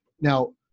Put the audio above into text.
Now